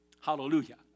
Hallelujah